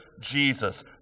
Jesus